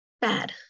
Bad